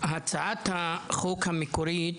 הצעת החוק המקורית